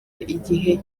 igihe